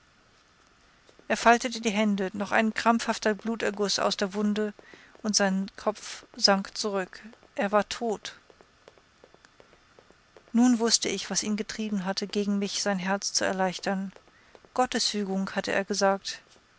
er faltete die hände noch ein krampfhafter bluterguß aus der wunde und sein kopf sank zurück er war tot nun wußte ich was ihn getrieben hatte gegen mich sein herz zu erleichtern gottesfügung hatte er gesagt